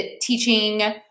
teaching